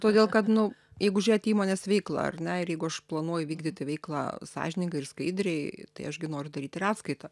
todėl kad nu jeigu žiūrėt į įmonės veiklą ar ne ir jeigu aš planuoju vykdyti veiklą sąžiningai ir skaidriai tai aš gi noriu daryt ir apskaitą